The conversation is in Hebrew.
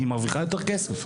היא מרוויחה יותר כסף,